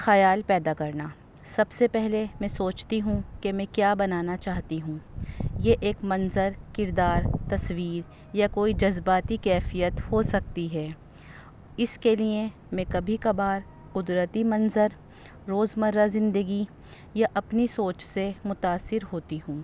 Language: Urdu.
خیال پیدا کرنا سب سے پہلے میں سوچتی ہوں کہ میں کیا بنانا چاہتی ہوں یہ ایک منظر کردار تصویر یا کوئی جذباتی کیفیت ہو سکتی ہے اس کے لیے میں کبھی کبھار قدرتی منظر روز مرہ زندگی یا اپنی سوچ سے متاثر ہوتی ہوں